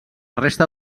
resta